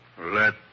Let